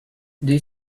did